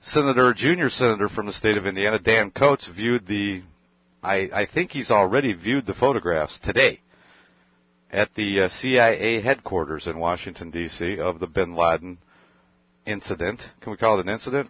senator junior senator from the state of indiana dan coats view the i think he's already viewed the photographs today at the cia headquarters in washington d c of the bin laden incident can we call it an incident